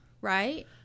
right